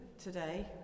today